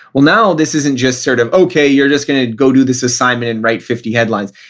well, now this isn't just sort of okay you're just going to go do this assignment and write fifty headlines.